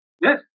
Yes